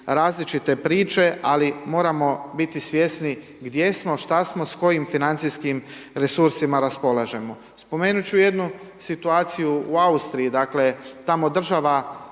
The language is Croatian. različite priče, ali moramo biti svjesni gdje smo, šta smo, s kojim financijskim resursima raspolažemo. Spomenuti ću jednu situaciju u Austriji, dakle, tamo država